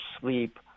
sleep